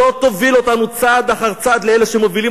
שלא תוביל אותנו צעד אחר צעד לאלה שמובילים